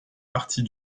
partie